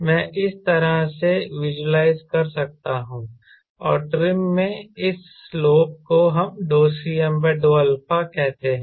मैं इस तरह से विज़ुअलाइज कर सकता हूं और ट्रिम में इस स्लोप को हम Cm∂α कहते हैं